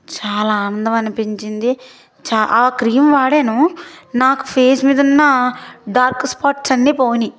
చాలా ఆనందం అనిపించింది చా క్రీం వాడాను నాకు పేస్ మీదున్న డార్క్ స్పాట్స్ అన్నీ పోయినాయి